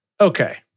Okay